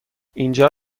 اینجا